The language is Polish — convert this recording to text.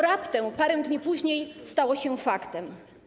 Raptem parę dni później stało się to faktem.